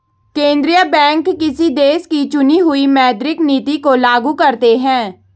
केंद्रीय बैंक किसी देश की चुनी हुई मौद्रिक नीति को लागू करते हैं